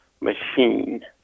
machine